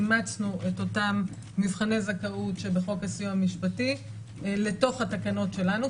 אימצנו את אותם מבחני זכאות שבחוק הסיוע המשפטי לתוך התקנות שלנו,